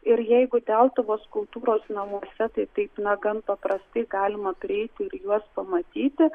ir jeigu deltuvos kultūros namuose tai taip na gan paprastai galima prieiti ir juos pamatyti